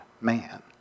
man